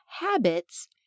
habits